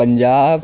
Punjab